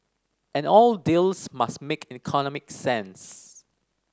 and all deals must make economic sense